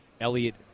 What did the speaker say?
Elliot